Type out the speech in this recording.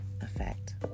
Effect